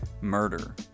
murder